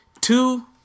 Two